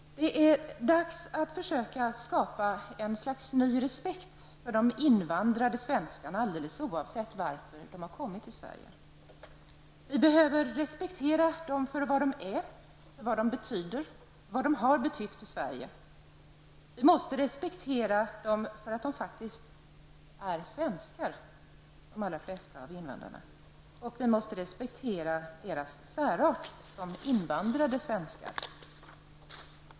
Det är dags att försöka skapa ett slags ny respekt för de invandrade svenskarna, alldeles oavsett varför de kommit till Sverige. Det är nödvändigt att vi respekterar dem för vad de är, betyder och har betytt för Sverige. Vi måste respektera dem för att de faktiskt är svenskar, de allra flesta, och vi måste respektera deras särart som invandrade svenskar.